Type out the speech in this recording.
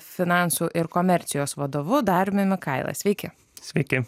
finansų ir komercijos vadovu dariumi mikaila sveiki sveiki